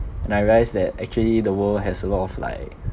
and I realise that actually the world has a lot of like